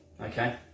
okay